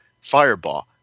Fireball